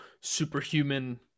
superhuman